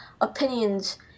opinions